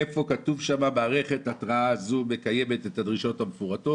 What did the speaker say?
איפה כתוב שם "מערכת התרעה זו מקיימת את הדרישות המפורטות"?